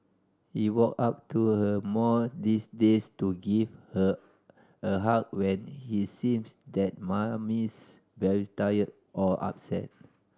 he walk up to her more these days to give her a hug when he sees that Mummy's very tired or upset